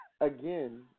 Again